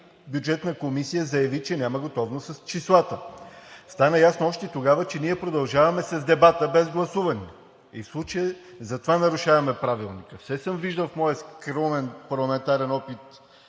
Бюджетната комисия заяви, че няма готовност с числата. Стана ясно още тогава, че ние продължаваме с дебата без гласуване и в случая затова нарушаваме Правилника. Все съм виждал в моя скромен парламентарен опит